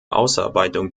ausarbeitung